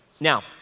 Now